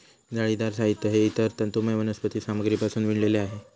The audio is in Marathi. जाळीदार साहित्य हे इतर तंतुमय वनस्पती सामग्रीपासून विणलेले आहे